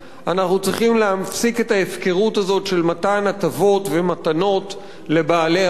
אנחנו צריכים להפסיק את ההפקרות הזו של מתן הטבות ומתנות לבעלי ההון,